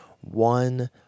One